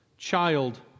child